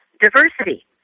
diversity